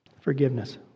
Forgiveness